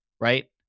Right